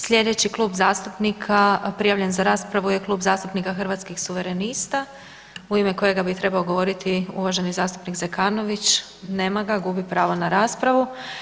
Sljedeći Klub zastupnika prijavljen za raspravu je Klub zastupnika hrvatskih suverenista u ime kojega bi trebao govoriti uvaženi zastupnik Zekanović, nema ga, gubi pravo na raspravu.